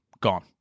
gone